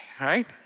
Right